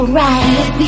right